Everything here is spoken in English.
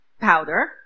powder